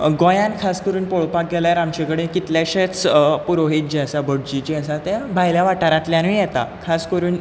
गोंयांत खास करून पळोवपाक गेल्यार आमचे कडेन कितलेशेच पुरोहीत जे आसा भटजी जे आसा ते भायल्या वाठारांतल्यानूय येता खास करून